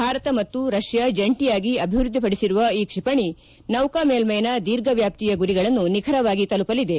ಭಾರತ ಮತ್ತು ರಷ್ಕಾ ಜಂಟಿಯಾಗಿ ಅಭಿವೃದ್ಧಿಪಡಿಸಿರುವ ಈ ಕ್ಷಿಪಣಿ ನೌಕಾ ಮೇಲ್ವೈನ ದೀರ್ಘವ್ವಾಪ್ತಿಯ ಗುರಿಗಳನ್ನು ನಿಖರವಾಗಿ ತಲುಪಲಿದೆ